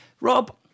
Rob